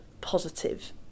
positive